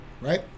right